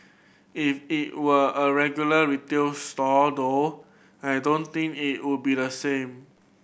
if it were a regular retail store though I don't think it would be the same